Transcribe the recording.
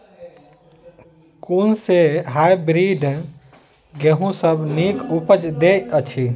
कुन सँ हायब्रिडस गेंहूँ सब सँ नीक उपज देय अछि?